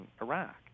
Iraq